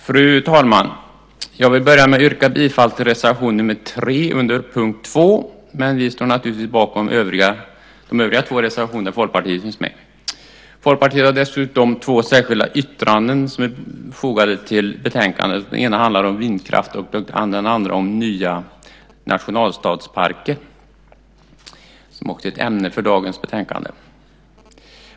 Fru talman! Jag vill börja med att yrka bifall till reservation nr 3 under punkt 2, men vi står naturligtvis även bakom de övriga två reservationer där Folkpartiet finns med. Folkpartiet har dessutom två särskilda yttranden som är fogade till betänkandet. Det ena handlar om vindkraft och det andra om nya nationalstadsparker, som också är ett ämne i dagens betänkande.